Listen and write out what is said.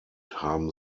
haben